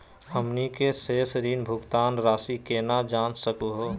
हमनी के शेष ऋण भुगतान रासी केना जान सकू हो?